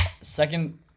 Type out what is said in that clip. Second